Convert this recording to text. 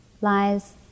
lies